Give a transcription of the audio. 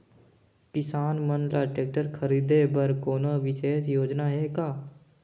किसान मन ल ट्रैक्टर खरीदे बर कोनो विशेष योजना हे का?